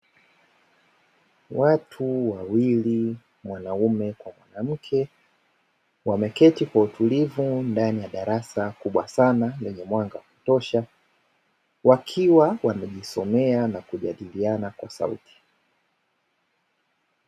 Watu wawili mwanaume kwa mwanamke wameketi kwa utulivu ndani ya darasa kubwa sana lenye mwanga kutosha wakiwa wanajisomea na kujadiliana kwa sauti.